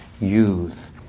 youth